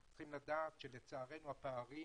צריכים לדעת שלצערנו הפערים